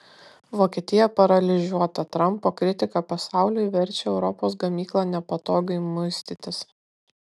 vokietija paralyžiuota trampo kritika pasauliui verčia europos gamyklą nepatogiai muistytis